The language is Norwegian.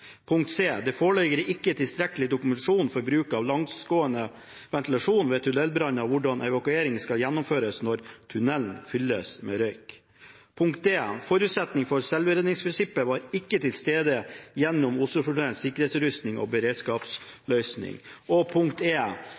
Det foreligger ikke tilstrekkelig dokumentasjon for bruk av langsgående ventilasjon ved tunnelbranner og hvordan evakuering skal gjennomføres når tunnelen fylles med røyk. Forutsetningene for selvredningsprinsippet var ikke tilstrekkelig ivaretatt gjennom Oslofjordtunnelens sikkerhetsutrustning og beredskapsløsning. Statens vegvesens sikkerhetsstyring av Oslofjordtunnelen hadde ikke fanget opp det aktuelle risikobildet, og